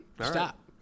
Stop